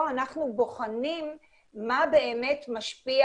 אני חייבת לציין שזה נשמע מאוד פשוט,